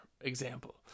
example